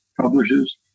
publishes